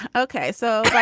ok so i